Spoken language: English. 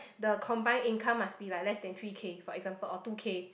the combined income must be like less than three K for example or two K